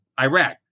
Iraq